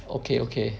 okay okay